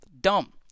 Dumb